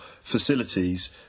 facilities